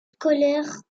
scolaires